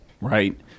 right